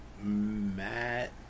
Matt